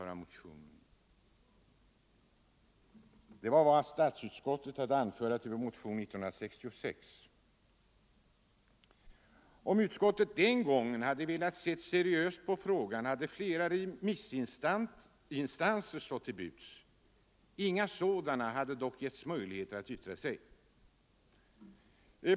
Det var allt statsutskottet hade att anföra till vår motion år 1966. Om utskottet den gången hade velat se seriöst på frågan hade flera remissinstanser stått till buds. Inga sådana hade dock getts möjligheter att yttra sig.